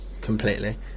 Completely